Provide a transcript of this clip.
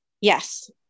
Yes